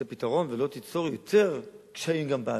הפתרון ולא תיצור יותר קשיים בעתיד.